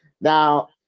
now